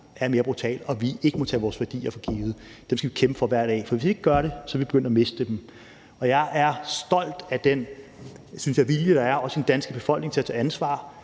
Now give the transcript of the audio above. er mere brutal, og at vi ikke må tage vores værdier for givet. Dem skal vi kæmpe for hver dag, for hvis vi ikke gør det, vil vi begynde at miste dem. Jeg er stolt af den vilje, som jeg synes der er, også i den danske befolkning, til at tage ansvar